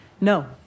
No